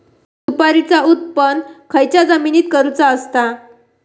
सुपारीचा उत्त्पन खयच्या जमिनीत करूचा असता?